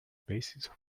basis